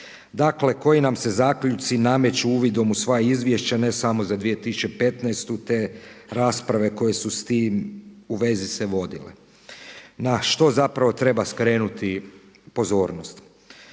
Dakle, koji nam se zaključci nameću uvidom u sva izvješća ne samo za 2015. te rasprave koje su s tim u vezi se vodile. Na što zapravo treba skrenuti pozornost?